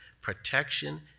protection